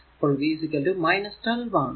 അപ്പോൾ V 12 ആണ്